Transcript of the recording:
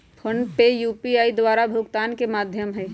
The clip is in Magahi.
फोनपे यू.पी.आई द्वारा भुगतान के माध्यम हइ